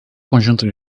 conjunto